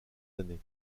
années